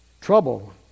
Trouble